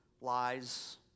lies